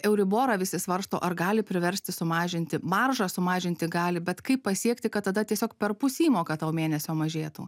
euriborą visi svarsto ar gali priversti sumažinti maržą sumažinti gali bet kaip pasiekti kad tada tiesiog perpus įmoka tau mėnesio mažėtų